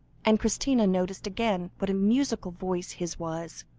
and christina noticed again what a musical voice his was.